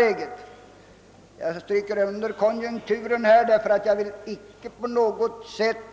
Jag understryker ordet konjunkturen, därför att jag vill icke på något sätt